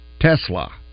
Tesla